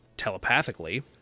telepathically